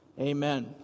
Amen